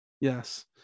Yes